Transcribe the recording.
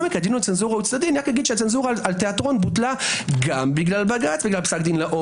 הצנזורה על תיאטרון בוטלה גם בגלל בג"ץ וגם פסקי דין לאור